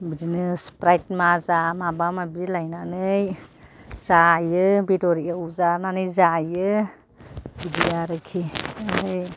बिदिनो स्प्राइ़ड माजा माबा माबि लायनानै जायो बेदर एवजानानै जायो बिदि आरिखि ओमफ्राय